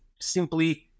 simply